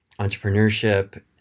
entrepreneurship